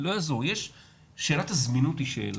לא יעזור, שאלת הזמינות היא שאלה.